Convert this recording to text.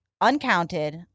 uncounted